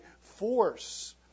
force